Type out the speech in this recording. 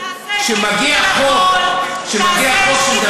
תעשה שקיפות על הכול,